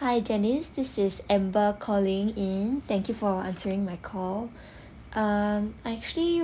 hi janice this is amber calling in thank you for answering my call um I actually